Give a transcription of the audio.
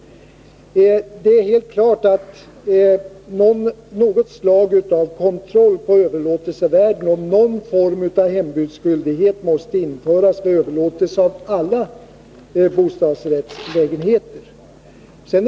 Det är helt klart att det måste införas något slags kontroll av överlåtelsevärden och någon form av hembudsskyldighet vid överlåtelse av alla bostadsrättslägenheter.